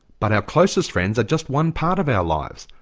but our closest friends are just one part of our lives.